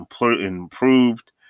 improved